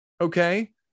okay